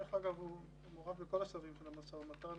דרך אגב, הוא מעורב בכל השלבים של המשא ומתן.